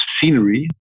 scenery